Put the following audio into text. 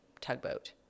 tugboat